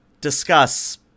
discuss